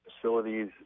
Facilities